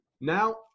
now